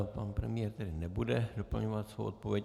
Pan premiér tedy nebude doplňovat svou odpověď.